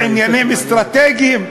לעניינים אסטרטגיים,